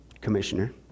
commissioner